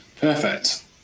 Perfect